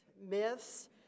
myths